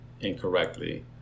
incorrectly